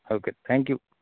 okay thank U